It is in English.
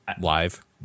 Live